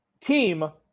team